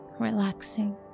relaxing